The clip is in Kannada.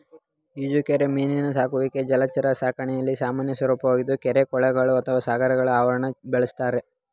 ಈಜುರೆಕ್ಕೆ ಮೀನಿನ ಸಾಕುವಿಕೆ ಜಲಚರ ಸಾಕಣೆಯ ಸಾಮಾನ್ಯ ಸ್ವರೂಪವಾಗಿದೆ ಕೆರೆ ಕೊಳಗಳು ಅಥವಾ ಸಾಗರದ ಆವರಣಗಳಲ್ಲಿ ಬೆಳೆಸ್ತಾರೆ